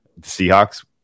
Seahawks